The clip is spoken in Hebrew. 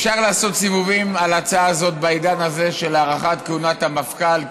אפשר לעשות סיבובים על ההצעה הזאת בעידן הזה של הארכת כהונת המפכ"ל,